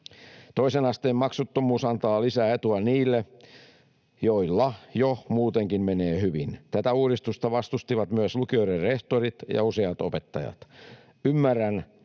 Toisen asteen maksuttomuus antaa lisää etua niille, joilla jo muutenkin menee hyvin. Tätä uudistusta vastustivat myös lukioiden rehtorit ja useat opettajat.